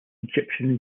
egyptian